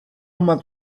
much